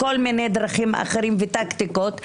כל מיני דרכים אחרות וטקטיקות,